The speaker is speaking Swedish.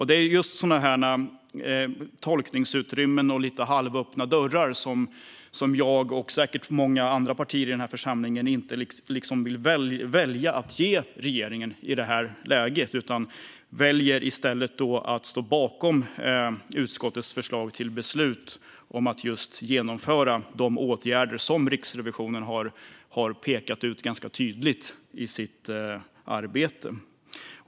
Det är just sådana här tolkningsutrymmen och lite halvöppna dörrar som jag och säkert många andra partier i den här församlingen inte vill ge regeringen i det här läget. I stället väljer vi att stå bakom utskottets förslag till beslut om att just genomföra de åtgärder som Riksrevisionen ganska tydligt har pekat ut i sitt arbete.